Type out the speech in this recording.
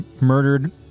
murdered